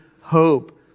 hope